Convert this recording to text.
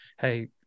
hey